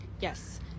Yes